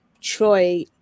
Troy